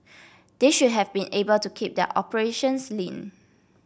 they should have been able to keep their operations lean